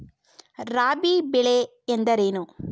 ರಾಬಿ ಬೆಳೆ ಎಂದರೇನು?